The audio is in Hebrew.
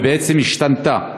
ובעצם השתנתה,